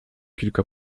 kilka